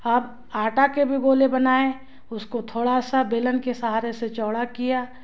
अब आटा के भी गोले बनाएँ उसको थोड़ा सा बेलन के सहारे से चौड़ा किया